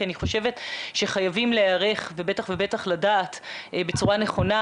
כי אני חושבת שחייבים להיערך ובטח ובטח לדעת בצורה נכונה